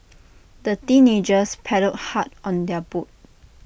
the teenagers paddled hard on their boat